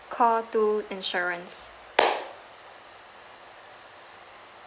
call two insurance